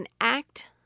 act